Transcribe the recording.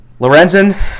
Lorenzen